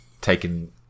taken